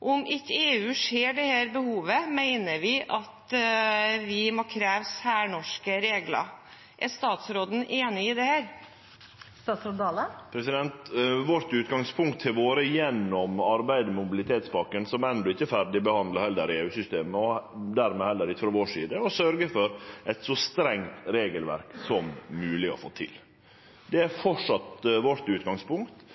Om ikke EU ser dette behovet, mener vi at vi må kreve særnorske regler. Er statsråden enig i dette? Utgangspunktet vårt har vore, gjennom arbeidet med mobilitetspakka – som enno ikkje er ferdigbehandla i EU-systemet, og dermed heller ikkje frå vår side – å sørgje for eit så strengt regelverk som det er mogleg å få til. Det er framleis utgangspunktet vårt.